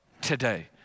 today